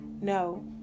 no